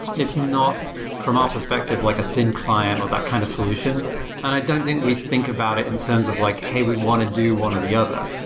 it's not, from our perspective, like a thin client, or that kind of solution, and yeah i don't think we think about it in terms of like, hey, we want to do one of the other.